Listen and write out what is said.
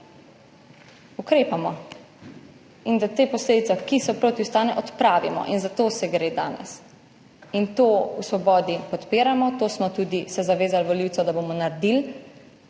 ukrepamo in da te posledice, ki so protiustavne, odpravimo. Za to gre danes in to v Svobodi podpiramo. To smo se tudi zavezali volivcem, da bomo naredili